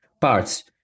parts